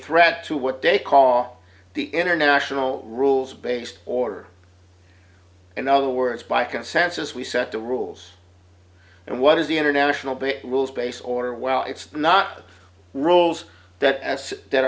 threat to what they call the international rules based order in other words by consensus we set the rules and what is the international bit rules based or well it's not roles that as that